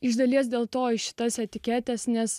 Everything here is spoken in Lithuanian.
iš dalies dėl to šitas etiketės nes